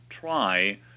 try